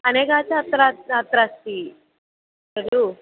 अनेकाः छात्राः अत्र अस्ति लु